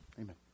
Amen